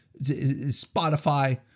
Spotify